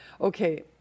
okay